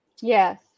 Yes